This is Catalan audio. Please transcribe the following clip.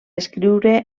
escriure